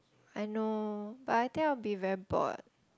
I know but I think I will be very bored